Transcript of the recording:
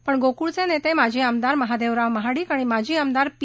पण गोकुळचे नेते माजी आमदार महादेवराव महाडिक आणि माजी आमदार पी